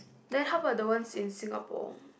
then how about the ones in Singapore